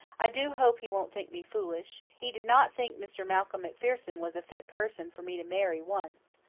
i do hope he won't think me foolish. he did not think mr. malcolm macpherson was a fit person for me to marry once.